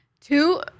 two